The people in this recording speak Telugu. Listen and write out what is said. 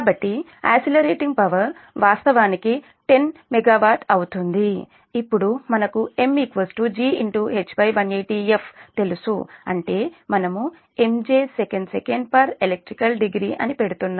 కాబట్టి ఎసిలరేటింగ్ పవర్ వాస్తవానికి 10 MW అవుతుంది ఇప్పుడు మనకు M GH180fతెలుసు అంటే మనంMJ sec elect degree అని పెడుతున్నాం